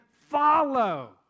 follow